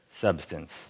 substance